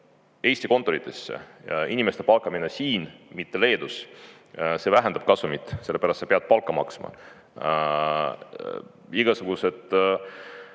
Eesti kontoritesse, ja inimeste palkamine siin, mitte Leedus, vähendab kasumit, sellepärast et sa pead neile palka maksma; igasugused